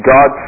God